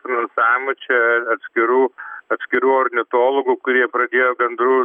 finansavimo čia atskirų atskirų ornitologų kurie pradėjo bendrų